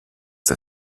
der